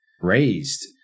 raised